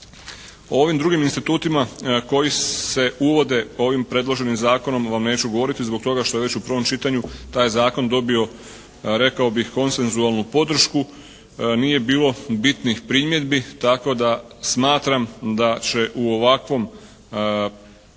Ovim drugim institutima koji se uvode ovim predloženim Zakonom vam neću govoriti zbog toga što je već u prvom čitanju taj Zakon dobio rekao bih konsenzualnu podršku. Nije bilo bitnih primjedbi, tako da smatram da će u ovakvom konačno